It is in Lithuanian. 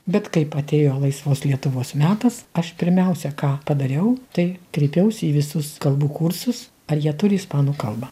bet kaip atėjo laisvos lietuvos metas aš pirmiausia ką padariau tai kreipiausi į visus kalbų kursus ar jie turi ispanų kalbą